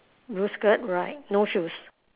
blue skirt right no shoes